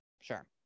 sure